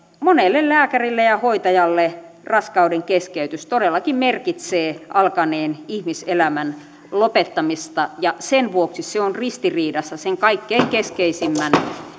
monelle lääkärille ja hoitajalle raskaudenkeskeytys todellakin merkitsee alkaneen ihmiselämän lopettamista ja sen vuoksi se on ristiriidassa sen kaikkein keskeisimmän